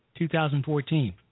2014